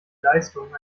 leistungen